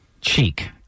Cheek